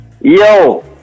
Yo